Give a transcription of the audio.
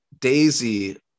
Daisy